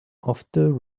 after